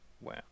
Wow